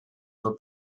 were